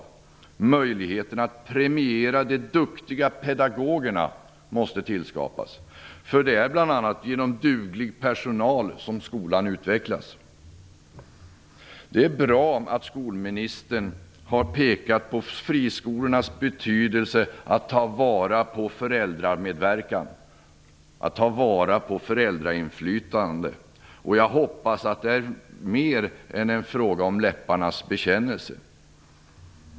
En möjlighet att premiera de duktiga pedagogerna måste tillskapas. Det är bl.a. genom duglig personal som skolan utvecklas. Det är bra att skolministern har pekat på friskolornas betydelse när det gäller att ta vara på föräldramedverkan och föräldrainflytande. Jag hoppas att det är något mera än bara en läpparnas bekännelse.